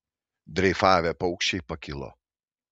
dreifavę paukščiai pakilo